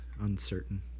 uncertain